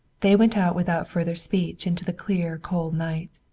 they went out without further speech into the clear cold night.